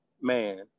man